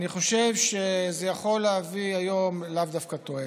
אני חושב שזה יכול להביא היום לאו דווקא תועלת,